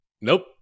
Nope